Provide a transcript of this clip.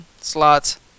slots